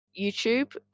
YouTube